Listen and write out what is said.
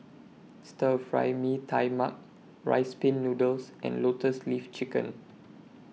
Stir Fry Mee Tai Mak Rice Pin Noodles and Lotus Leaf Chicken